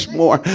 more